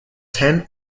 ten